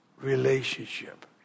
relationship